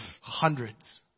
hundreds